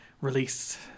release